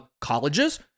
colleges